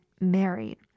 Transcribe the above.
married